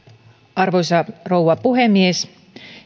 arvoisa rouva puhemies